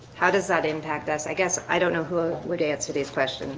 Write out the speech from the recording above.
how does that impact us? i guess i don't know who would answer these questions